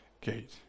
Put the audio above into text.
gate